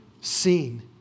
seen